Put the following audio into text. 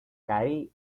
carrie